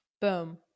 Boom